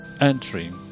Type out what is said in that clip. entering